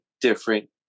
different